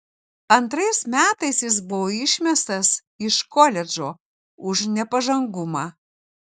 antrais metais jis buvo išmestas iš koledžo už nepažangumą